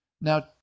Now